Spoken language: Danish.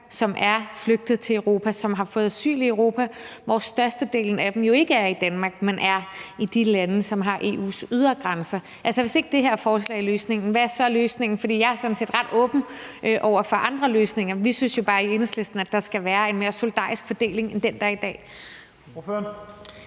som er flygtet til Europa, og som har fået asyl i Europa? Størstedelen af dem er jo ikke i Danmark, men i de lande, som har EU's ydre grænser. Hvis ikke det her forslag er løsningen, hvad er så løsningen? Jeg er sådan set ret åben over for andre løsninger; vi synes jo bare i Enhedslisten, at der skal være en mere solidarisk fordeling end den, der er i dag.